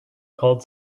called